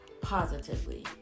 positively